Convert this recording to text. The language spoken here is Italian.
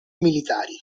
militari